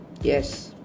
Yes